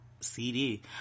CD